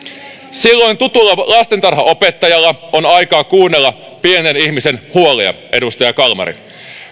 silloin tutulla lastentarhanopettajalla on aikaa kuunnella pienen ihmisen huolia